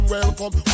Welcome